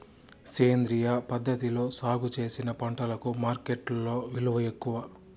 సేంద్రియ పద్ధతిలో సాగు చేసిన పంటలకు మార్కెట్టులో విలువ ఎక్కువ